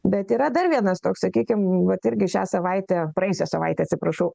bet yra dar vienas toks sakykim vat irgi šią savaitę praėjusią savaitę atsiprašau